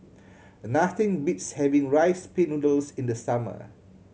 nothing beats having Rice Pin Noodles in the summer